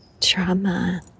trauma